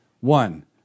One